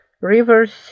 rivers